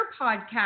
podcast